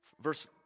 Verse